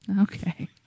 Okay